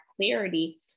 clarity